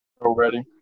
Already